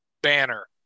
Banner